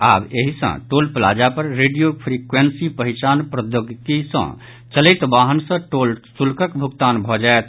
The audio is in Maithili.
आब एहि सॅ टोल प्लाजा पर रेडियो फ्रीक्वेन्सी पहिचान प्रौद्योगिकी सॅ चलैत वाहन सॅ टोल शुल्कक भुगतान भऽ जायत